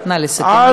נא לסכם,